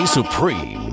Supreme